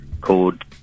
called